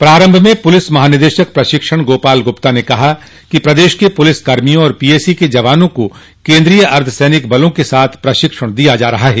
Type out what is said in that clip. प्रारम्भ में पुलिस महानिदेशक प्रशिक्षण गोपाल गुप्ता ने कहा कि प्रदेश के पुलिस कर्मियों और पीएसी के जवानों को केन्द्रीय अर्द्धसैनिक बलों के साथ प्रशिक्षण दिया जा रहा है